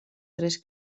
tres